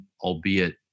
albeit